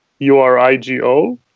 URIGO